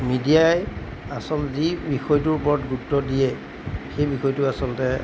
মিডিয়াই আচল যি বিষয়টোৰ ওপৰত গুৰুত্ব দিয়ে সেই বিষয়টো আচলতে